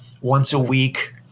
once-a-week